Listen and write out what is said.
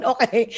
Okay